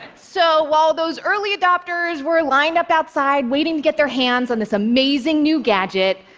so while those early adopters were lined up outside, waiting to get their hands on this amazing new gadget,